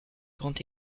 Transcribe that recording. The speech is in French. grand